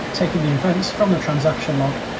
taking the events from the transaction log.